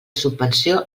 subvenció